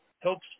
helps